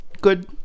good